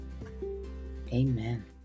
Amen